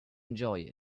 enjoy